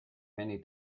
many